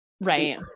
right